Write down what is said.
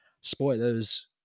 Spoilers